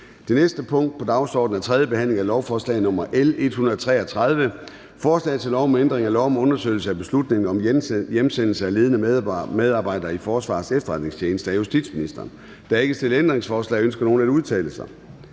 Det næste punkt på dagsordenen er: 9) 3. behandling af lovforslag nr. L 133: Forslag til lov om ændring af lov om undersøgelse af beslutningen om hjemsendelse af ledende medarbejdere i Forsvarets Efterretningstjeneste. (Udvidelse af undersøgelsen). Af justitsministeren (Peter